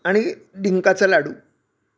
आणि डिंकाचा लाडू